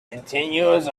continues